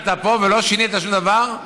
ארבע שנים אתה פה ולא שינית שום דבר?